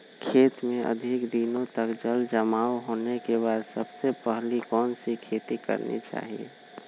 खेत में अधिक दिनों तक जल जमाओ होने के बाद सबसे पहली कौन सी खेती करनी चाहिए?